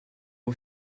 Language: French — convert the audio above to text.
aux